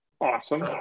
Awesome